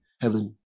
heaven